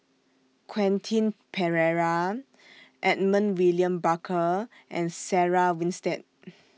Quentin Pereira Edmund William Barker and Sarah Winstedt